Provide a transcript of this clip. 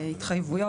ההתחייבויות,